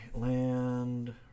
Land